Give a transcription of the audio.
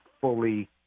fully